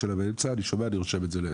אני שומע ורושם את זה.